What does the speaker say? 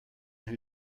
who